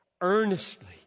earnestly